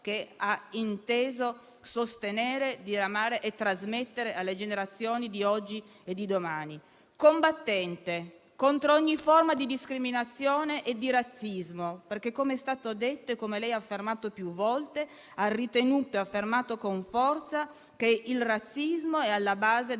che ha inteso sostenere, diramare e trasmettere alle generazioni di oggi e di domani. Combattente contro ogni forma di discriminazione e di razzismo, perché, come è stato detto e come lei ha affermato più volte, ha ritenuto e affermato con forza che il razzismo è alla base del